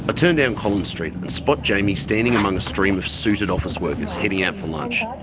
but turn down collins street and spot jamie standing among a stream of suited office workers heading out for lunch.